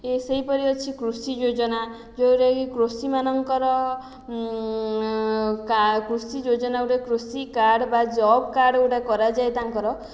ସେହିପରି ଅଛି କୃଷି ଯୋଜନା ଯେଉଁଟାକି କୃଷିମାନଙ୍କର କୃଷି ଯୋଜନା ଗୋଟିଏ କୃଷି କାର୍ଡ଼ ବା ଜବ କାର୍ଡ଼ ଗୋଟିଏ କରାଯାଏ ତାଙ୍କର